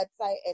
website